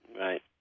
Right